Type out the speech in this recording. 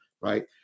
right